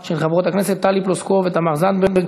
של חברות הכנסת טלי פלוסקוב ותמר זנדברג,